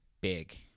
big